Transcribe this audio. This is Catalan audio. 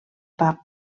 pub